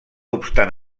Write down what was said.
obstant